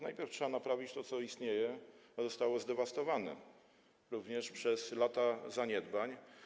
Najpierw trzeba naprawić to, co istnieje, co zostało zdewastowane, również przez lata zaniedbań.